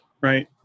right